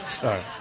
Sorry